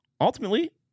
ultimately